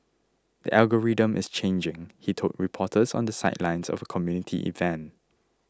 the algorithm is changing he told reporters on the sidelines of a community event